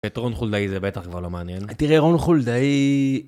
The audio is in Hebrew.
את רון חולדאי זה בטח לא מעניין תראה רון חולדאי.